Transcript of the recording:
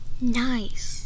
Nice